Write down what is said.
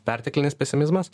perteklinis pesimizmas